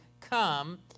come